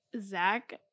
Zach